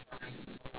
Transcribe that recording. ya